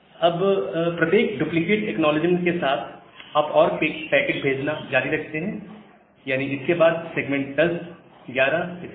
अब प्रत्येक duplicate acknowledgement के साथ आप और पैकेट भेजना जारी रखते हैं यानी इसके बाद सेगमेंट 10 11 इत्यादि